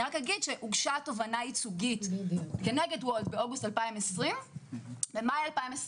הוגשה תובענה ייצוגית נגד וולט באוגוסט 2020. במאי 2021